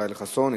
ראשונה,